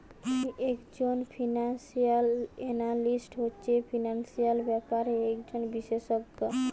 একজন financial analyst হচ্ছে financial ব্যাপারে একজন বিশেষজ্ঞ